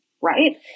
right